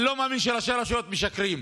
אני לא מאמין שראשי הרשויות משקרים.